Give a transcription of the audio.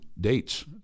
dates